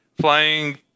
flying